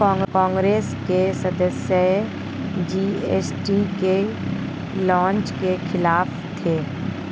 कांग्रेस के सदस्य जी.एस.टी के लॉन्च के खिलाफ थे